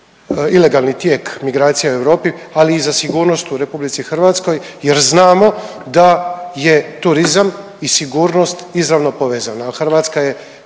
ilegalni tijek migracija u Europi, ali i za sigurnost u RH jer znamo da je turizam i sigurnost izravno povezana